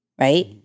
right